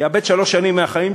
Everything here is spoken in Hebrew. אין אפילו שוויון בפני החוק.